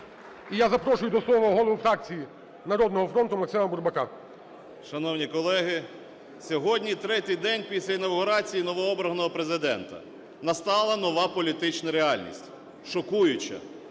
І я запрошую до слова голову фракції "Народного фронту" Максима Бурбака. 12:39:29 БУРБАК М.Ю. Шановні колеги, сьогодні третій день після інавгурації новообраного Президента. Настала нова політична реальність. Шокуюча.